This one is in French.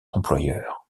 employeur